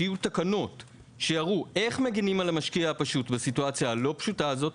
שיראו תקנות שיראו איך מגנים על המשקיע הפשוט בסיטואציה הלא פשוטה הזו.